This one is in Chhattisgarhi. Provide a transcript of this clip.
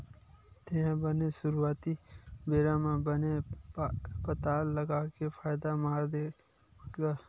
तेहा बने सुरुवाती बेरा म बने पताल लगा के फायदा मार देस गा?